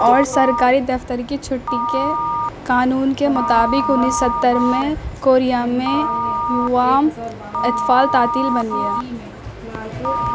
اور سرکاری دفتر کی چھٹی کے قانون کے مطابق انیس ستر میں کوریا میں یوام اطفال تعطیل بن گیا